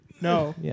no